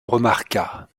remarqua